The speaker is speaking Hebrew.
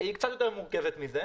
העמדה קצת יותר מורכבת מזה.